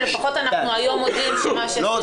לפחות היום אנחנו מודים --- לא.